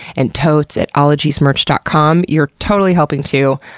and totes at ologiesmerch dot com you're totally helping too!